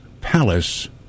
Palace